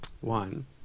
One